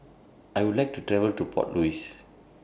I Would like to travel to Port Louis